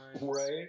right